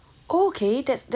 okay that's that's good at